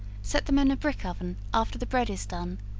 set them in a brick-oven, after the bread is done,